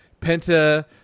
Penta